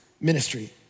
ministry